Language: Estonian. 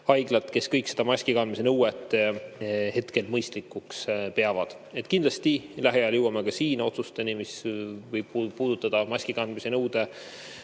haiglad, kes kõik maskikandmise nõuet praegu mõistlikuks peavad. Kindlasti lähiajal jõuame ka siin otsusteni, mis võib puudutada maskikandmise nõude